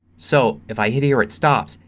so if i hit here it stops.